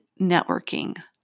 networking